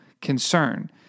concern